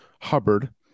Hubbard